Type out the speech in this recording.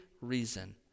reason